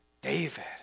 David